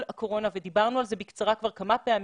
הקורונה ודיברנו על זה בקצרה כבר כמה פעמים,